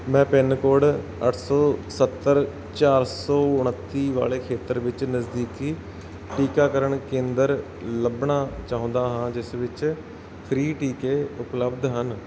ਮੈਂ pin code ਅੱਠ ਸੌ ਸੱਤਰ ਚਾਰ ਸੌ ਉਣੱਤੀ ਵਾਲੇ ਖੇਤਰ ਵਿੱਚ ਨਜ਼ਦੀਕੀ ਟੀਕਾਕਰਨ ਕੇਂਦਰ ਲੱਭਣਾ ਚਾਹੁੰਦਾ ਹਾਂ ਜਿਸ ਵਿੱਚ ਫ੍ਰੀ ਟੀਕੇ ਉਪਲੱਬਧ ਹਨ